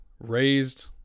raised